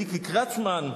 מיקי קרצמן,